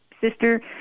sister